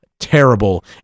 terrible